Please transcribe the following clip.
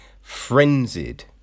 frenzied